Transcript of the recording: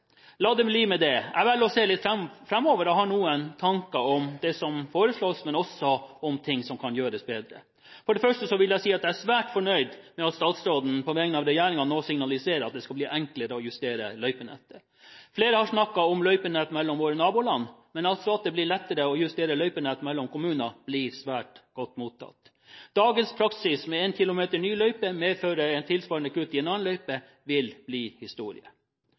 La det bli med det. Jeg velger å se litt lenger framover og har noen tanker om det som foreslås, men også om noe som kan gjøres bedre. For det første vil jeg si at jeg er svært fornøyd med at statsråden på vegne av regjeringen nå signaliserer at det skal bli enklere å justere løypenettet. Flere har snakket om løypenett mellom våre naboland, men at det blir lettere å justere løypenettet mellom kommuner, blir svært godt mottatt. Dagens praksis med at én kilometer ny løype medfører tilsvarende kutt i en annen løype vil bli historie.